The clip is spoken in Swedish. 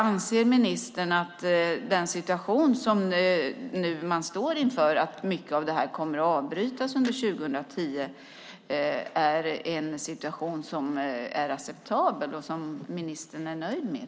Anser ministern att den situation man nu står inför där mycket kommer att avbrytas under 2010 är en situation som är acceptabel och som ministern är nöjd med?